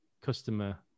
customer